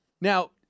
Now